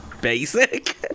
basic